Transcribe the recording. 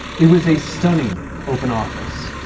it was a stunning open office.